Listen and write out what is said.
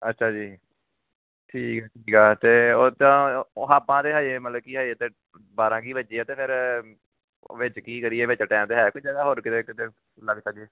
ਅੱਛਾ ਜੀ ਠੀਕ ਆ ਅਤੇ ਉਹਤਾਂ ਉਹ ਆਪਾਂ ਤਾਂ ਹਜੇ ਮਤਲਬ ਕਿ ਹਜੇ ਤਾਂ ਬਾਰਾਂ ਕੁ ਹੀ ਵੱਜੇ ਆ ਅਤੇ ਫਿਰ ਉਹ ਵਿੱਚ ਕੀ ਕਰੀਏ ਵਿੱਚ ਟਾਈਮ ਤਾਂ ਹੈ ਅਤੇ ਜਗ੍ਹਾ ਹੋਰ ਕਿਤੇ ਕਿਤੇ ਲਾਗੇ ਸ਼ਾਗੇ